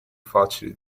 facili